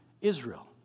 Israel